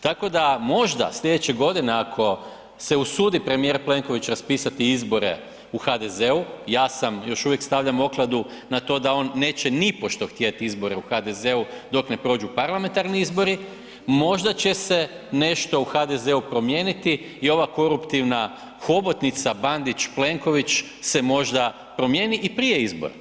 Tako da možda slijedeće godine, ako se usudi premijer Plenković raspisati izbore u HDZ-u, ja sam još uvijek stavljam okladu na to da on neće nipošto htjet izbore u HDZ-u dok ne prođu parlamentarni izbori, možda će se nešto u HDZ-u promijeniti i ova koruptivna hobotnica Bandić, Plenković se možda promijeni i prije izbora.